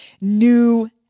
new